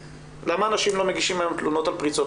למה אנשים כמעט ולא מגישים היום תלונות על פריצות